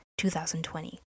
2020